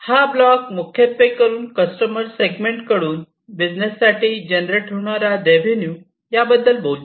हा ब्लॉक मुख्यत्वेकरून customer segment कडून बिझनेस साठी जनरेटर होणारा रेवेन्यू याबद्दल बोलतो